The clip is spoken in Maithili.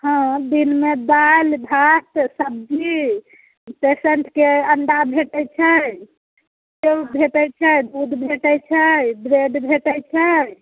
हँ दिनमे दालि भात सब्जी पेसेंटके अंडा भेटैत छै सेब भेटैत छै दूध भेटैत छै ब्रेड भेटैत छै